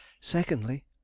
Secondly